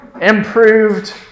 improved